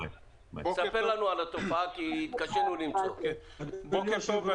ספר לנו על התופעה כי התקשינו למצוא --- בוקר טוב,